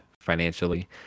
financially